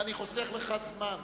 ואני חוסך לך זמן.